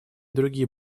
другие